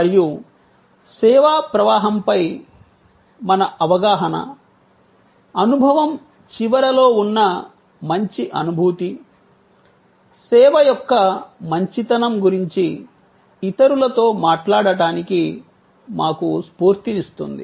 మరియు సేవా ప్రవాహంపై మన అవగాహన అనుభవం చివరలో ఉన్న మంచి అనుభూతి సేవ యొక్క మంచితనం గురించి ఇతరులతో మాట్లాడటానికి మాకు స్ఫూర్తినిస్తుంది